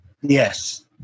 Yes